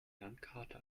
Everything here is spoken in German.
landkarte